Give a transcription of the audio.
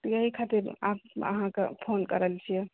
तऽ एहि खातिरअहाँकेॅं फोन कऽ रहल छियै